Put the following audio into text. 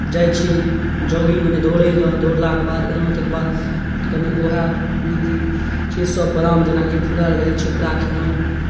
जाइ छी जॉगिंग मने दौड़य लेल दौड़लाके बाद एलहुँ ताहिके बाद कनि उएह नीक नीक चीजसभ बादाम जेनाकि फुलायल रहै छै ओकरा खेलहुँ